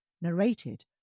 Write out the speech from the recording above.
narrated